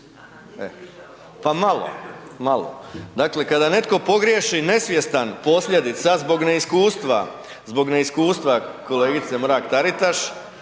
e, pa malo. Dakle, kada netko pogriješi nesvjestan posljedica zbog neiskustva, zbog neiskustva kolegice Mrak-Taritaš,